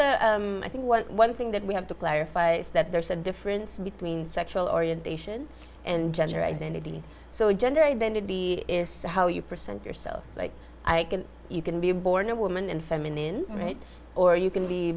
a i think one thing that we have to clarify is that there's a difference between sexual orientation and gender identity so gender identity is how you present yourself like i can you can be born a woman in feminine right or you can be